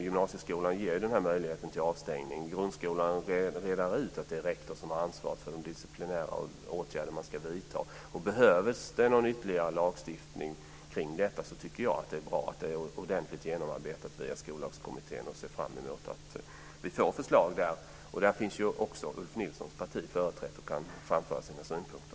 Gymnasieskolan ger möjligheten till avstängning. I grundskolan är det rektor som har ansvaret för de disciplinära åtgärder man ska vidta. Behövs det någon ytterligare lagstiftning om detta tycker jag att det är bra att frågan är ordentligt genomarbetad via Skollagskommittén och ser fram emot att vi får förslag. I kommittén finns också Ulf Nilssons parti företrätt och kan framföra sina synpunkter.